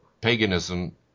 paganism